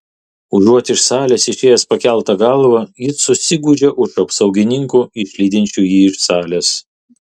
užuot iš salės išėjęs pakelta galva jis susigūžia už apsaugininkų išlydinčių jį iš salės